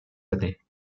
années